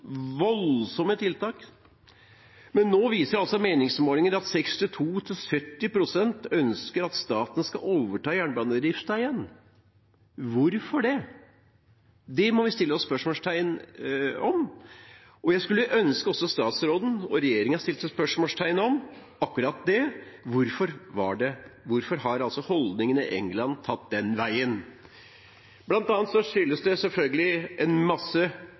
voldsomme tiltak, men nå viser altså meningsmålinger at 62–70 pst. ønsker at staten skal overta jernbanedriften igjen. Hvorfor det? Det må vi stille oss spørsmål om, og jeg skulle ønske også statsråden og regjeringen stilte spørsmål om akkurat det: Hvorfor har holdningen i England tatt den veien? Blant annet skyldes det selvfølgelig